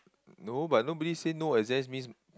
no but nobody say no exams means